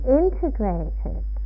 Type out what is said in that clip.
integrated